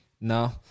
no